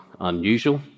unusual